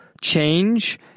change